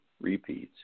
repeats